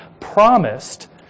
promised